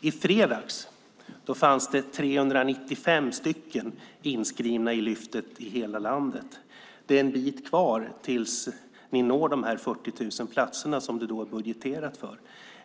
I fredags var 395 personer inskrivna i Lyftet. Det gäller då hela landet, så det är en bit kvar tills ni når upp till de 40 000 platserna som det är budgeterat för.